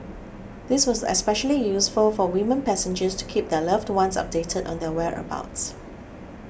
this was especially useful for women passengers to keep their loved ones updated on their whereabouts